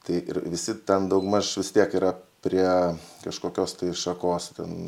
tai ir visi ten daugmaž vis tiek yra prie kažkokios šakos ten